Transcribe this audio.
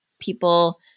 People